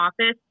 office